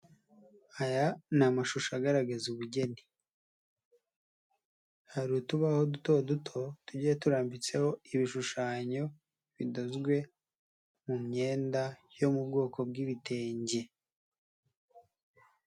Aya ni amashusho agaragaza ubugeni, hari utubaho duto duto, tugiye turambitseho ibishushanyo, bidozwe mu myenda yo mu bwoko bw'ibitenge.